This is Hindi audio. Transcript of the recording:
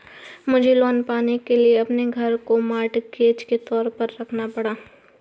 मुझे लोन पाने के लिए अपने घर को मॉर्टगेज के तौर पर रखना पड़ा